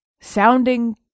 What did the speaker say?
sounding